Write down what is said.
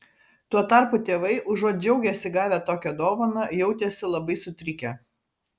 tuo tarpu tėvai užuot džiaugęsi gavę tokią dovaną jautėsi labai sutrikę